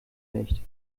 nicht